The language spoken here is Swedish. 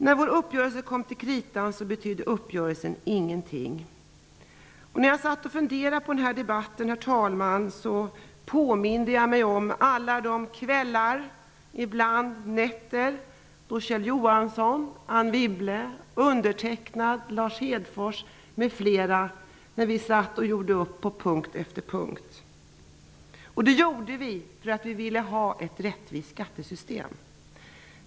När vår uppgörelse kom till kritan betydde uppgörelsen ingenting. När jag, herr talman, satt och funderade inför den här debatten, påminde jag mig om alla de kvällar, ibland nätter, då Kjell Johansson, Anne Wibble, jag själv, Lars Hedfors m.fl. satt och gjorde upp på punkt efter punkt. Vi gjorde det för att vi ville ha ett rättvist skattesystem.